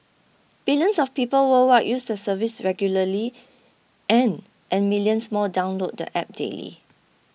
billions of people worldwide use the service regularly and and millions more download the app daily